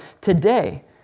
today